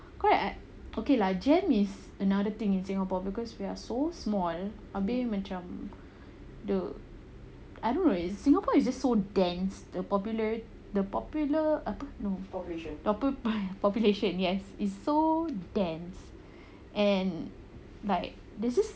correct eh okay lah jam is another thing in singapore because we're so small ambil macam the I don't know in singapore is so dense the popular the popular apa the popu~ population ah yes is so dense and like there's this